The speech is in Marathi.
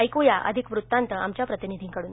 ऐकुयात अधिक वृत्तांत आमच्या प्रतिनिधीकडून